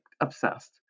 obsessed